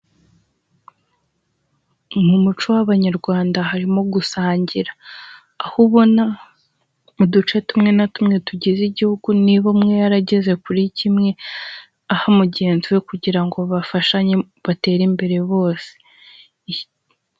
Mu muco w'Abanyarwanda harimo gusangira. Aho ubona mu duce tumwe na tumwe tugize igihugu, niba umwe yarageze kuri kimwe, aha mugenzi we kugira ngo bafashanye batere imbere bose.